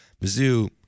Mizzou